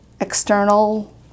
external